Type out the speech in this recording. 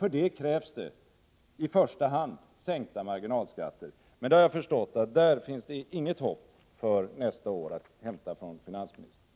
För detta krävs det i första hand sänkta marginalskatter. Men jag har förstått att det i fråga om detta inte finns något hopp för nästa år att hämta hos finansministern.